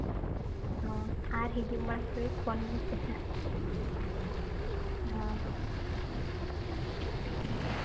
ᱦᱳᱭ ᱟᱨ ᱦᱤᱡᱩᱜ ᱢᱟᱲᱟᱝ ᱨᱮ ᱯᱷᱳᱱᱟᱹᱧ ᱯᱮ ᱦᱟᱸᱜ ᱦᱳᱭ